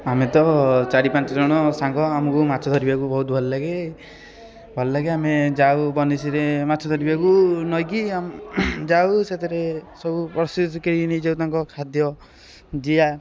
ଆମେ ତ ଚାରି ପାଞ୍ଚଜଣ ସାଙ୍ଗ ଆମକୁ ମାଛ ଧରିବାକୁ ବହୁତ ଭଲଲାଗେ ଭଲଲାଗେ ଆମେ ଯାଉ ବନିଶୀରେ ମାଛ ଧରିବାକୁ ନଇକି ଆମ ଯାଉ ସେଥିରେ ସବୁ ନେଇଯାଉ ତାଙ୍କ ଖାଦ୍ୟ ଜିଆ